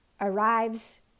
arrives